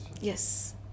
Yes